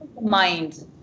Mind